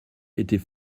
était